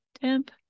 temp